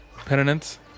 Penitence